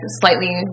slightly